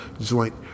joint